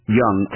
young